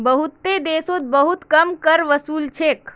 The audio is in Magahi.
बहुतेते देशोत बहुत कम कर वसूल छेक